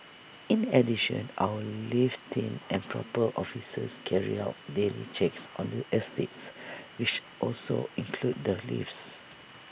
in addition our lift team and proper officers carry out daily checks on the estates which also include the lifts